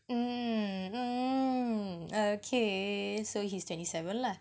mm mm okay so he's twenty seven lah